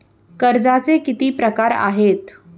कर्जाचे किती प्रकार आहेत?